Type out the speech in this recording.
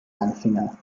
langfinger